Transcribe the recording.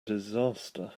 disaster